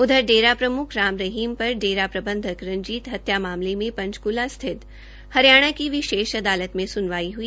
उधर डेरा प्रमुख राम रहीम पर डेरा प्रबंधक रंजीत हत्या मामले में पंचकूला स्थित हरियाणा की विशेष अदालत में सुनवाई हुई